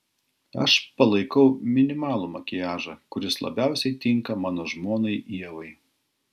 aš palaikau minimalų makiažą kuris labiausiai tinka mano žmonai ievai